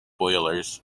boilers